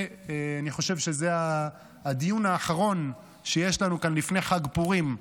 אני חושב שזה הדיון האחרון שיש לנו כאן לפני חג פורים,